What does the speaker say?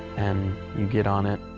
and you get on it,